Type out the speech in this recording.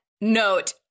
note